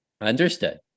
Understood